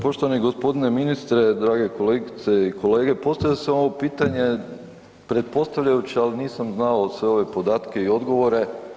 Poštovani g. ministre, drage kolegice i kolege, postavio sam ovo pitanje pretpostavljajući ali nisam znao sve ove podatke i odgovore.